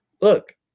look